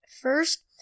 first